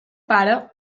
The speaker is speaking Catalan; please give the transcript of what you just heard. pare